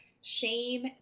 shame